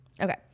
Okay